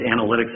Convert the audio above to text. analytics